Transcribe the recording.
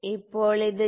ഇപ്പോൾ ഇത് 2